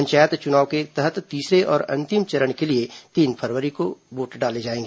पंचायत चुनाव के तहत तीसरे और अंतिम चरण के लिए तीन फरवरी को मतदान होगा